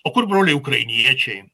o kur broliai ukrainiečiai